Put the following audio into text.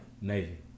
Navy